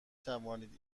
توانید